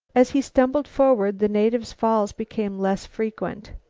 as he stumbled forward, the native's falls became less frequent.